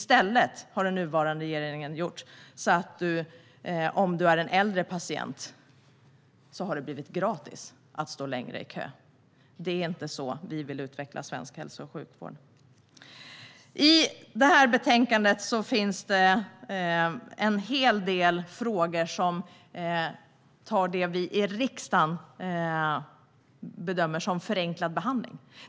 I stället har den nuvarande regeringen gjort så att det har blivit gratis för äldre patienter att stå längre i kö. Det är inte så vi vill utveckla svensk hälso och sjukvård. I detta betänkande finns en hel del frågor som tar upp det som vi i riksdagen bedömer som förenklad behandling.